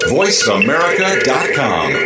voiceamerica.com